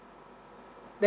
then